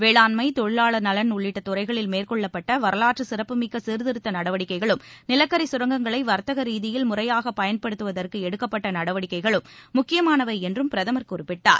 வேளாண்மை தொழிலாளர் நலன் உள்ளிட்ட துறைகளில் மேற்கொள்ளப்பட்ட வரலாற்று சிறப்புமிக்க சீர்திருத்த நடவடிக்கைகளும் நிலக்கரி கரங்கங்களை வர்த்தக ரீதியில் முறையாக பயன்படுத்துவதற்கு எடுக்கப்பட்ட நடவடிக்கைகளும் முக்கியமானவை என்றும் பிரதமர் குறிப்பிட்டார்